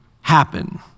happen